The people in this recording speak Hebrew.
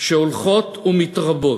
שהולכות ומתרבות.